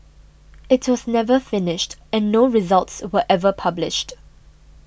it was never finished and no results were ever published